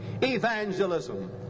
evangelism